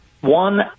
one